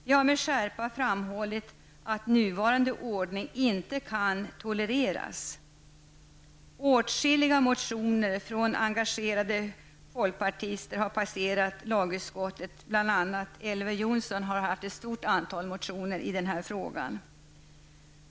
Vi har med skärpa framhållit att nuvarande ordning inte kan tolereras. Åtskilliga motioner från engagerade folkpartister har passerat lagutskottet. Bl.a. har Elver Jonsson väckt flera motioner i frågan.